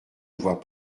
vois